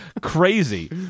Crazy